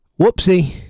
Whoopsie